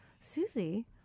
Susie